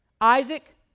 Isaac